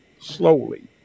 slowly